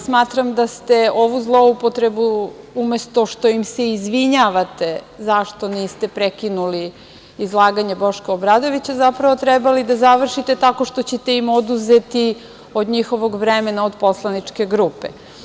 Smatram da ste ovu zloupotrebu, umesto što im se izvinjavate zašto niste prekinuli izlaganje Boška Obradovića, zapravo trebali da završite tako što ćete im oduzeti od njihovog vremena od poslaničke grupe.